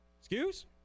Excuse